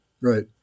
right